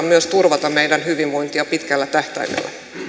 myös turvata meidän hyvinvointiamme pitkällä tähtäimellä